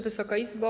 Wysoka Izbo!